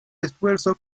esfuerzo